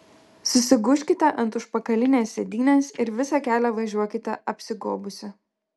susigūžkite ant užpakalinės sėdynės ir visą kelią važiuokite apsigobusi